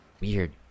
Weird